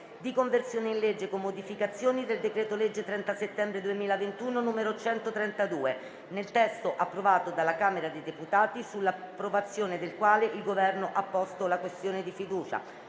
di conversione in legge, con modificazioni, del decreto-legge 30 settembre 2021, n. 132, nel testo approvato dalla Camera dei deputati, sull'approvazione del quale il Governo ha posto la questione di fiducia: